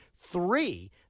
three